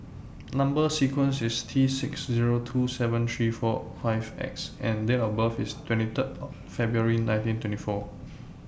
Number sequence IS T six Zero two seven three four five X and Date of birth IS twenty three February nineteen twenty four